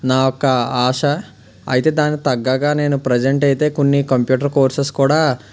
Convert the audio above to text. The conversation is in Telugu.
నా ఒక ఆశ అయితే దాని తగ్గట్టు నేను ప్రసెంట్ అయితే కొన్ని కంప్యూటర్ కోర్సెస్ కూడా